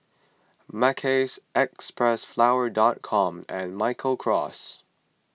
Mackays Xpressflower Com and Michael Kors